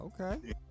okay